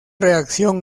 reacción